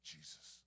Jesus